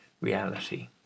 reality